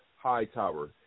Hightower